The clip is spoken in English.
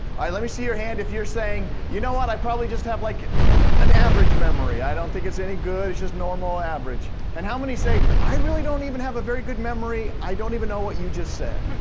let me see your hand if you're saying, you know what i probably just have like an average memory, i don't think it's any good, it's just normal average. and how many say, i really don't even have a very good memory, i don't even know what you just said.